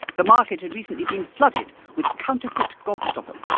the market had recently been flooded with counterfeit gobstoppers,